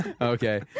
Okay